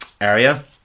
area